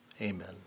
Amen